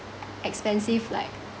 expensive like